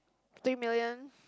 three million